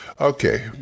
Okay